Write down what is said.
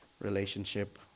relationship